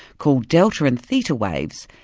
called delta and theta waves,